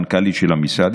המנכ"לית של המשרד,